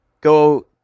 go